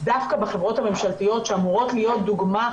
דווקא בחברות הממשלתיות שאמורות להיות דוגמא,